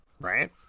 Right